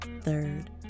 Third